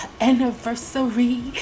anniversary